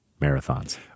marathons